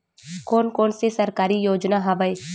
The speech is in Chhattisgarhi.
कोन कोन से सरकारी योजना हवय?